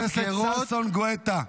חבר הכנסת ששון גואטה,